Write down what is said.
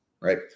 right